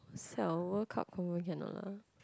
siao World Cup confirm cannot lah